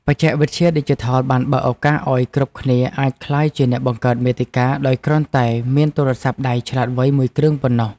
បច្ចេកវិទ្យាឌីជីថលបានបើកឱកាសឱ្យគ្រប់គ្នាអាចក្លាយជាអ្នកបង្កើតមាតិកាដោយគ្រាន់តែមានទូរស័ព្ទដៃឆ្លាតវៃមួយគ្រឿងប៉ុណ្ណោះ។